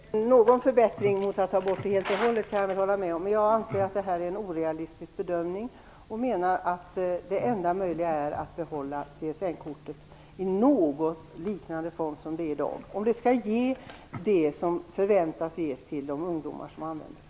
Herr talman! Att det är någon förbättring mot att kortet skulle ha tagits bort helt och hållet kan jag hålla med om. Men jag anser att det här görs en orealistisk bedömning och menar att det enda rimliga är att behålla CSN-kortet i något liknande form som i dag, om det skall ge det som förväntas av de ungdomar som använder det.